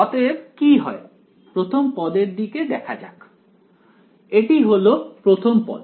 অতএব কি হয় প্রথম পদের দিকে দেখা যাক এটি হলো প্রথম পদ